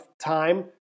time